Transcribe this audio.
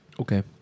Okay